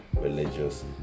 religious